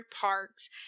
parks